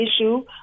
issue